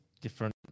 different